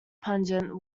pungent